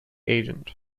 agent